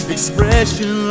Expression